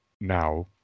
now